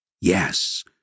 Yes